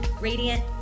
radiant